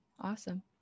Awesome